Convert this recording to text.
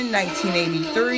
1983